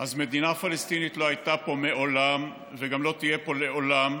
אז מדינה פלסטינית לא הייתה פה מעולם וגם לא תהיה פה לעולם.